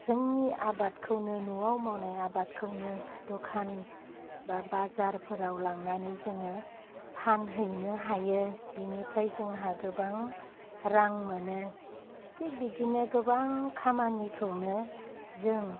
जोंनि आबादखौनो न'आव मावनाय आबादखौनो दखान बा बाजारफोराव लांनानै जोङो फानहैनो हायो बेनिफ्राइ जोंहा गोबां रां मोनो थिक बिदिनो गोबां खामानिखौनो जों